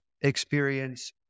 experience